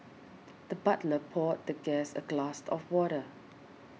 the butler poured the guest a glass of water